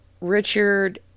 Richard